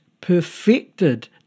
perfected